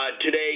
today